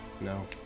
no